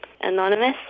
Anonymous